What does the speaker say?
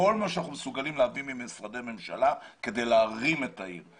כל מה שאנחנו מסוגלים להביא ממשרדי הממשלה כדי להרים את העיר.